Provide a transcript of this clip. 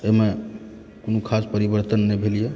ओहिमे कोनो खास परिवर्तन नहि भेल यऽ